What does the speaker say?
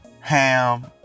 ham